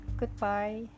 goodbye